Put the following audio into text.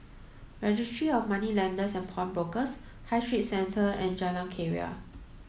Registry of Moneylenders and Pawnbrokers High Street Centre and Jalan Keria